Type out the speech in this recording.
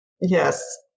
yes